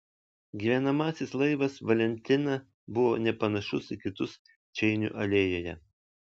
gyvenamasis laivas valentina buvo nepanašus į kitus čeinio alėjoje